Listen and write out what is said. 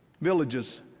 villages